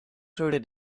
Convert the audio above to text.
through